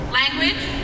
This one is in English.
language